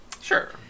Sure